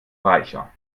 reicher